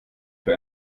für